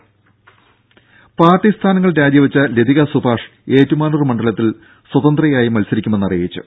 ദ്ദേ പാർട്ടി സ്ഥാനങ്ങൾ രാജിവെച്ച ലതികാ സുഭാഷ് ഏറ്റുമാനൂർ മണ്ഡലത്തിൽ സ്വതന്ത്രയായി മത്സരിക്കുമെന്ന് അറിയിച്ചു